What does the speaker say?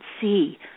see